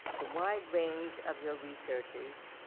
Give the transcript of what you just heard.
the wide range of your researches